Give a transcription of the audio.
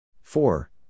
four